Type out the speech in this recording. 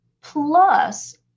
Plus